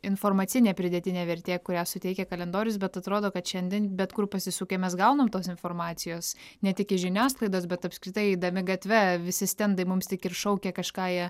informacinė pridėtinė vertė kurią suteikia kalendorius bet atrodo kad šiandien bet kur pasisukę mes gaunam tos informacijos ne tik iš žiniasklaidos bet apskritai eidami gatve visi stendai mums tik ir šaukia kažką jie